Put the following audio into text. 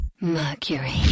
Mercury